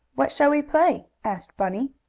what shall we play? asked bunny.